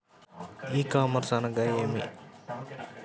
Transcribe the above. ఈ కామర్స్ అనగానేమి?